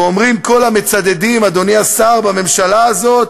ואומרים כל המצדדים, אדוני השר, בממשלה הזאת,